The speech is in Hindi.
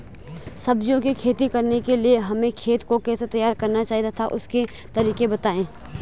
सब्जियों की खेती करने के लिए हमें खेत को कैसे तैयार करना चाहिए तथा उसके तरीके बताएं?